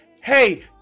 Hey